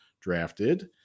drafted